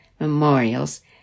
memorials